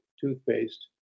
Toothpaste